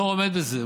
לא עומד בזה.